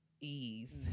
ease